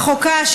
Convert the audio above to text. רחוקה,